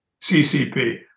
CCP